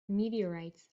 meteorites